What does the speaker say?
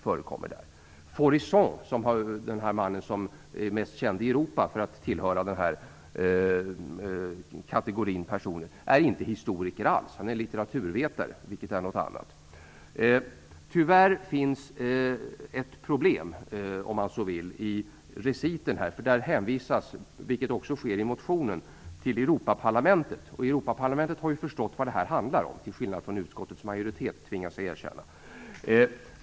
Faurisson, mannen som är den mest kända i Europa av denna kategori personer, är inte historiker alls. Han är litteraturvetare, vilket är någonting annat. Tyvärr finns ett problem - om man vill kalla det så - i reciten i betänkandet. Där hänvisas, liksom i motionen, till Europaparlamentet. Europaparlamentet har förstått vad detta handlar om - till skillnad från utskottets majoritet, tvingas jag erkänna.